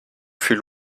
fut